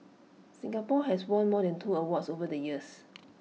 Singapore has won more than two awards over the years